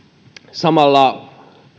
samalla